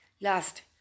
Last